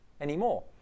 anymore